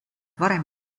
varem